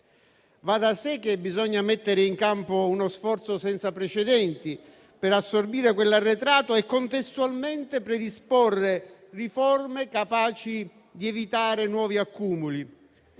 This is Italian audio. Va da sé che bisogna mettere in campo uno sforzo senza precedenti per assorbire quell'arretrato e contestualmente predisporre riforme capaci di evitare nuovi accumuli.